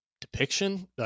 depiction